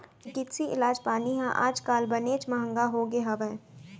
चिकित्सकीय इलाज पानी ह आज काल बनेच महँगा होगे हवय